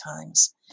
times